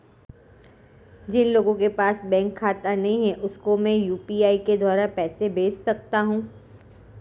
जिन लोगों के पास बैंक खाता नहीं है उसको मैं यू.पी.आई के द्वारा पैसे भेज सकता हूं?